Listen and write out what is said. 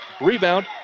Rebound